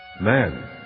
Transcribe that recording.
Man